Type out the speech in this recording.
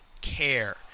care